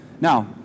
Now